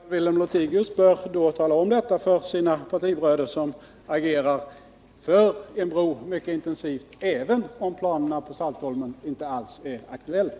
Herr talman! Carl-Wilhelm Lothigius bör då tala om detta för sina partibröder, som agerar mycket intensivt för en bro fastän planerna på Saltholm inte alls är aktuella.